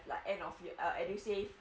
like end of year err edusave